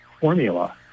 formula